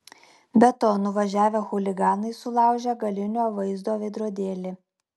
be to nuvažiavę chuliganai sulaužė galinio vaizdo veidrodėlį